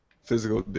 Physical